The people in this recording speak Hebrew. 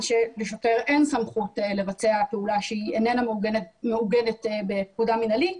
שלשוטר אין סמכות לבצע פעולה שהיא איננה מעוגנת בפקודה מינהלית.